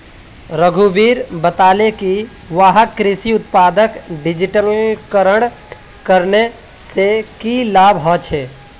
रघुवीर बताले कि वहाक कृषि उत्पादक डिजिटलीकरण करने से की लाभ ह छे